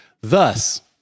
Thus